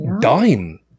dime